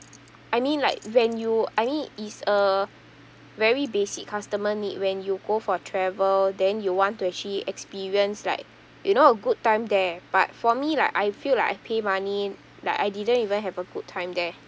I mean like when you I mean it's a very basic customer need when you go for travel then you want to actually experience like you know a good time there but for me like I feel like I pay money like I didn't even have a good time there